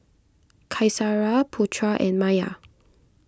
Qaisara Putra and Maya